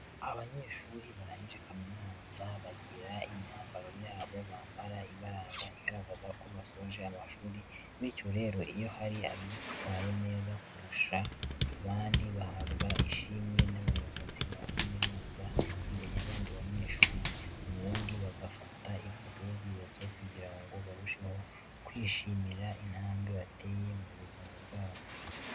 Abanyeshuri barangije kaminuza bagira imyambaro yabo bambara ibaranga igaragaza ko basoje amashuri, bityo rero iyo hari abitwaye neza kurusha abandi bahabwa ishimwe n'abayobozi ba kaminuza imbere y'abandi banyeshuri, ubundi bagafata ifoto y'urwibutso kugira ngo barusheho kwishimira intambwe bateye mu buzima bwabo.